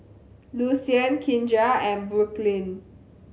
Lucian Kindra and Brooklynn